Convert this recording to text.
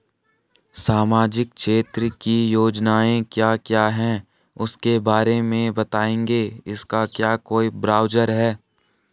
सामाजिक क्षेत्र की योजनाएँ क्या क्या हैं उसके बारे में बताएँगे इसका क्या कोई ब्राउज़र है?